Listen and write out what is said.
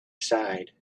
side